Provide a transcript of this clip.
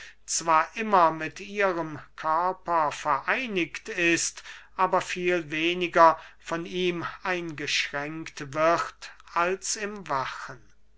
zwar immer mit ihrem körper vereinigt ist aber viel weniger von ihm eingeschränkt wird als im wachen